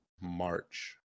March